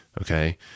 Okay